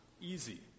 easy